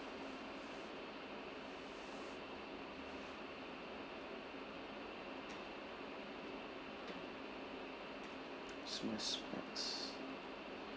wear spects